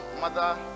mother